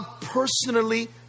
personally